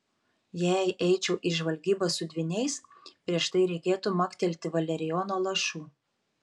jei eičiau į žvalgybą su dvyniais prieš tai reikėtų maktelti valerijono lašų